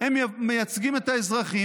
הם מייצגים את האזרחים,